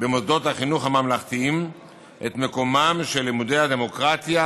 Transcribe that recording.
במוסדות החינוך הממלכתיים את מקומם של לימודי הדמוקרטיה,